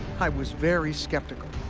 i was very skeptical.